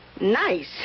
Nice